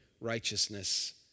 righteousness